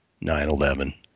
9-11